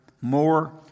more